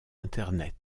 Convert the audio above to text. internet